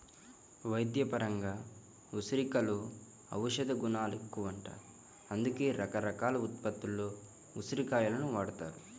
వైద్యపరంగా ఉసిరికలో ఔషధగుణాలెక్కువంట, అందుకే రకరకాల ఉత్పత్తుల్లో ఉసిరి కాయలను వాడతారు